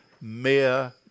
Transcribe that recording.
mere